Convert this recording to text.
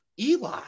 Eli